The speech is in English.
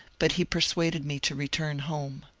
but he persuaded me to return home.